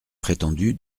prétendu